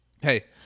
hey